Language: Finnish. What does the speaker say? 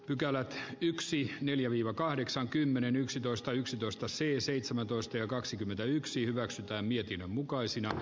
pykälät ja yksi neljä viiva kahdeksan kymmenen yksitoista yksitoista seen seitsemäntoista ja kaksikymmentäyksi hyväksytään herra puhemies